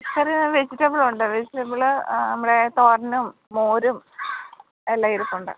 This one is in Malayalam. അത് വെജിറ്റബൾ ഉണ്ട് വെജിറ്റബൾ നമ്മുടെ തോരനും മോരും എല്ലാം ഇരിപ്പുണ്ട്